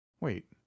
Wait